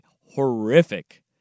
horrific